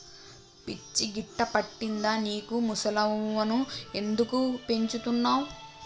పిచ్చి గిట్టా పట్టిందా నీకు ముసల్లను ఎందుకు పెంచుతున్నవ్